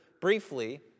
briefly